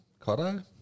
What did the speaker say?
Cotto